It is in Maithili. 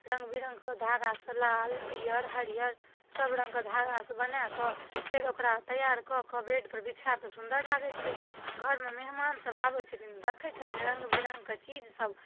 रङ्गबिरङ्गके धागासँ लाल पिअर हरिअर सबरङ्गके धागासँ बनाकऽ फेर ओकरा तैआर कऽ कऽ बेडपर बिछाकऽ सुन्दर लागै छै घरमे मेहमानसभ आबै छथिन देखै छथिन रङ्गबिरङ्गके चीजसब